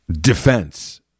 defense